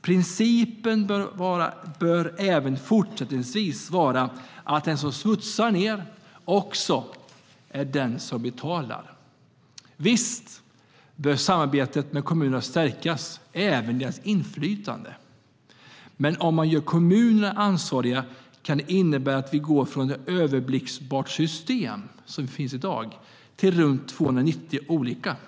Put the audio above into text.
Principen bör även fortsättningsvis vara att den som smutsar ned också är den som betalar. Visst bör samarbetet med kommunerna stärkas, även deras inflytande. Men om man gör kommunerna ansvariga kan det innebära att vi går från det överblickbara system som finns i dag till runt 290 olika system.